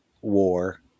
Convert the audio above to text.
war